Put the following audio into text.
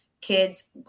kids